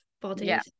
bodies